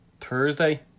Thursday